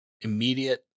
immediate